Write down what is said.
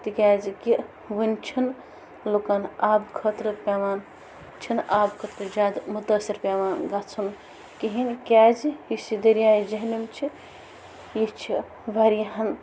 تِکیٛآزِ کہِ ونہِ چھُنہٕ لُکَن آبہٕ خٲطرٕ پیٚوان چھِنہٕ آبہٕ خٲطرٕ زیادٕ مُتٲثِر پیٚوان گَژھُن کِہیٖنۍ کیٛازِ یُس یہِ دریاے جہلِم چھِ یہِ چھِ واریاہَن